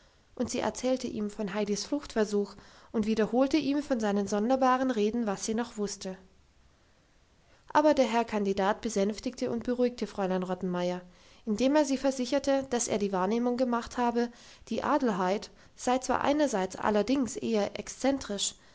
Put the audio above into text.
und sie erzählte ihm von heidis fluchtversuch und wiederholte ihm von seinen sonderbaren reden was sie noch wusste aber der herr kandidat besänftigte und beruhigte fräulein rottenmeier indem er sie versicherte dass er die wahrnehmung gemacht habe die adelheid sei zwar einerseits allerdings eher exzentrisch